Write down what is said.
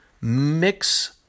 mix